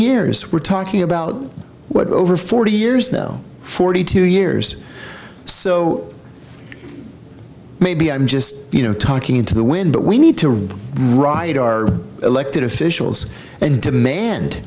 years we're talking about what over forty years ago forty two years so maybe i'm just you know talking to the wind but we need to write our elected officials and demand